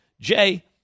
Jay